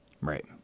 Right